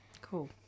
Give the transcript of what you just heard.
Cool